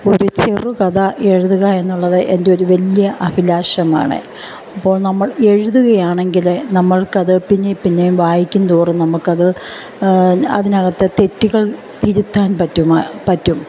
ഒരു ചെറു കഥ എഴുതുക എന്നുള്ളത് എൻ്റെ ഒരു വലിയ അഭിലാഷമാണ് അപ്പോൾ നമ്മൾ എഴുതുകയാണെങ്കിൽ നമ്മൾക്ക് അത് പിന്നേയും പിന്നേയും വായിക്കും തോറും നമുക്ക് അത് അതിനകത്തെ തെറ്റുകൾ തിരുത്താൻ പറ്റും